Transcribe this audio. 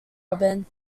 robin